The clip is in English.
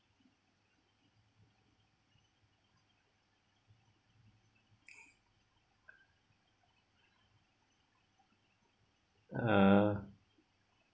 uh